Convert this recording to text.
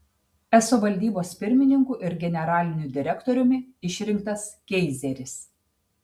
eso valdybos pirmininku ir generaliniu direktoriumi išrinktas keizeris